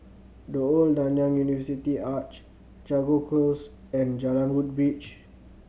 The Old Nanyang University Arch Jago Close and Jalan Woodbridge